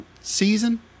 season